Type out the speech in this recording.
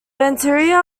interior